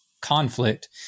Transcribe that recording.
conflict